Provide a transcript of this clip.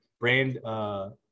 brand